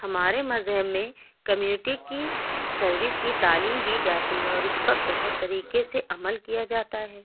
ہمارے مذہب میں کمیونٹی کی سروس کی تعلیم دی جاتی ہے اور اس پر بہت طریقے سے عمل کیا جاتا ہے